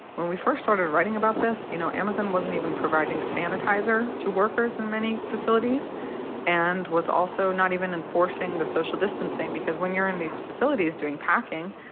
when we first started writing about this, you know, amazon wasn't even providing sanitiser to workers in many facilities and was also not even enforcing the social distancing, because when you're in these facilities doing packing,